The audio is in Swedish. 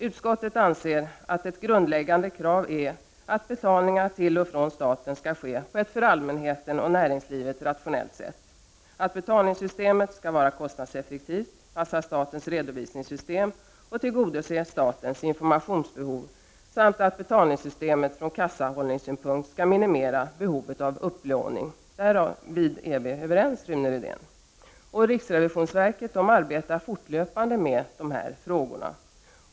Utskottet anser att ett grundläggande krav är att betalningar till och från staten skall ske på ett för allmänheten och näringslivet rationellt sätt, att betalningssystemet skall vara kostnadseffektivt, passa statens redovisningssystem och tillgodose statens informationsbehov samt att betalningssystemet från kassahållningssynpunkt skall minimera behovet att upplåning. Där är vi överens, Rune Rydén. På riksrevisionsverket arbetar man fortlöpande med dessa frågor.